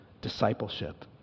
discipleship